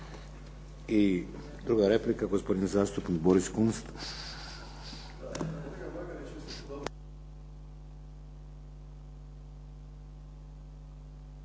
I druga replika gospodin zastupnik Boris Kunst. **Kunst,